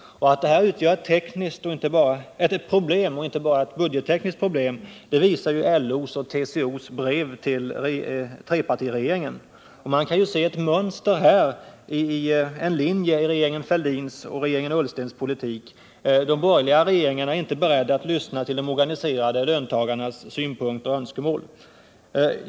Att detta inte bara utgör ett budgettekniskt problem visar ju LO:s och TCO:s brev till trepartiregeringen. Man kan ju se en linje i regeringen Fälldins och regeringen Ullstens politik: de borgerliga regeringarna är inte beredda att lyssna till de organiserade löntagarnas synpunkter och önskemål.